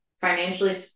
financially